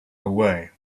away